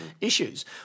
issues